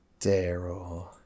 Daryl